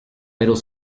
middle